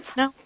no